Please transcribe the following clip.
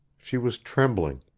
she was trembling.